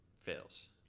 fails